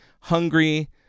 hungry